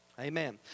Amen